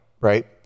right